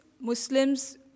Muslims